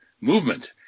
movement